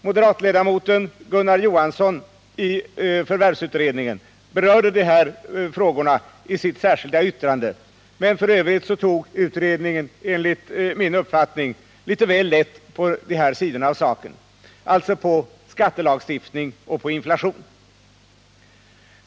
Moderatledamoten i jordförvärvsutredningen, Gunnar Johansson, berörde detta problem i sitt särskilda yttrande, men f. ö. tog utredningen enligt min mening litet för lätt på de här sidorna av saken, alltså på skattelagstiftning och på inflation.